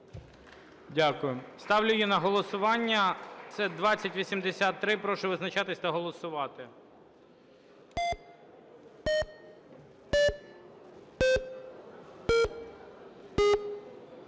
Ставлю її на голосування 2095. Прошу визначатись та голосувати.